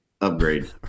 upgrade